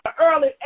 early